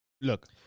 Look